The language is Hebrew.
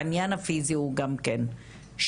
העניין הפיזי הוא גם כן שאלה.